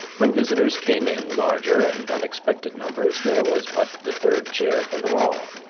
when visitors came in larger and unexpected numbers there was but the third chair for them all,